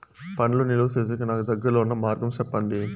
పండ్లు నిలువ సేసేకి నాకు దగ్గర్లో ఉన్న మార్గం చెప్పండి?